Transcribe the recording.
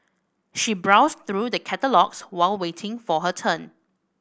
she browsed through the catalogues while waiting for her turn